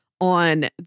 on